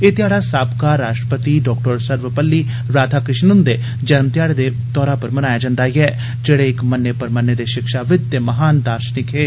एह ध्याडा साबका राश्ट्रपति डा सर्वपल्ली राधाकृश्णन हुंदे जरमध्याड़े दे तौरा पर मनाया जंदा ऐ जेड़े इक मन्ने परमन्ने दे षिक्षाविंद ते महान दार्षनिक हे